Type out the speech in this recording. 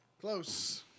Close